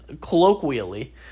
colloquially